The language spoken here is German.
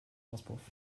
auspuff